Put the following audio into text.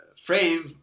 frame